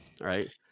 right